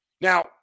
Now